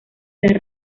las